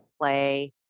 play